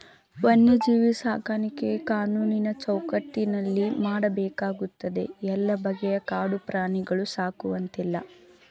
ವನ್ಯಜೀವಿ ಸಾಕಾಣಿಕೆ ಕಾನೂನಿನ ಚೌಕಟ್ಟಿನಲ್ಲಿ ಮಾಡಬೇಕಾಗ್ತದೆ ಎಲ್ಲ ಬಗೆಯ ಕಾಡು ಪ್ರಾಣಿಗಳನ್ನು ಸಾಕುವಂತಿಲ್ಲ